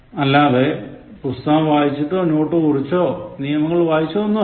അല്ലാതെ പുസ്തകം വായിച്ചോ നോട്ടുകുറിച്ചോ നിയമങ്ങൾ വായിച്ചോ ഒന്നുമല്ല